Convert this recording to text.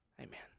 Amen